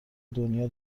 دنیا